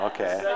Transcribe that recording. Okay